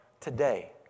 today